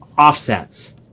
offsets